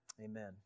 Amen